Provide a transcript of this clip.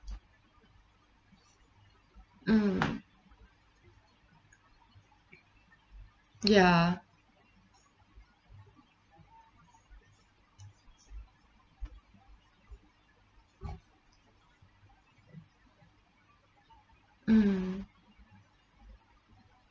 mm ya mm